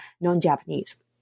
non-Japanese